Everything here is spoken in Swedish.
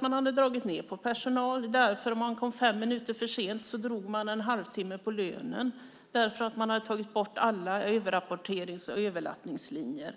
Man hade dragit ned på personalen, och om man kom fem minuter för sent drogs en halvtimme från lönen. Man hade tagit bort alla överrapporterings och överlappningslinjer.